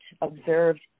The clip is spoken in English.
observed